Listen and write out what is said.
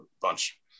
bunch